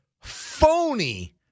phony